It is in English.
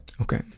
Okay